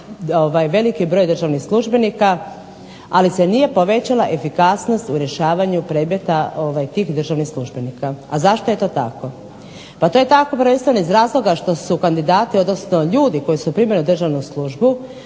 veliki broj državnih službenika ali se nije povećala efikasnost u rješavanju predmeta tih državnih službenika. A zašto je to tako? Pa to je tako prvenstveno iz razloga što su kandidati, odnosno ljudi koji su primljeni u državnu službu